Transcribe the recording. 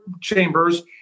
chambers